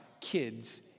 kids